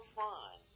fun